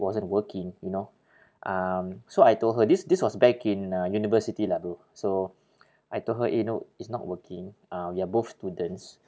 wasn't working you know um so I told her this this was back in uh university lah bro so I told her eh no it's not working uh we are both students